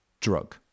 drug